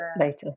later